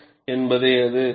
என்பதே அது